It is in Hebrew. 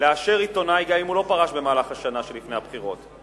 לאשר עיתונאי גם אם הוא לא פרש במהלך השנה שלפני הבחירות.